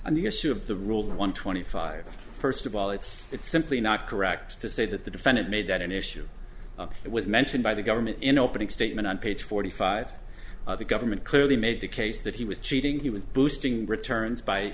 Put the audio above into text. on the issue of the rule one twenty five first of all it's simply not correct to say that the defendant made that an issue that was mentioned by the government in opening statement on page forty five the government clearly made the case that he was cheating he was boosting returns by